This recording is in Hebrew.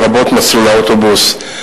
לרבות מסלול האוטובוס,